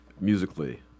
musically